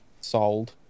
sold